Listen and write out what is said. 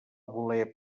voler